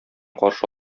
каршы